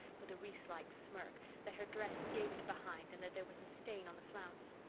with a reese-like smirk, that her dress gaped behind and that there was a stain on the flounce.